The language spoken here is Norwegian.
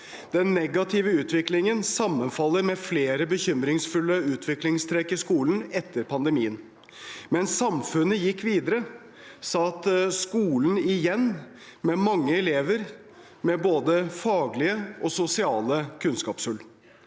Den negative utviklingen sammenfaller med flere bekymringsfulle utviklingstrekk i skolen etter pandemien. Mens samfunnet gikk videre, satt skolen igjen med mange elever med både faglige og sosiale kunnskapshull.